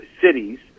cities